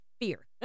fear